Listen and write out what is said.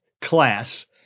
class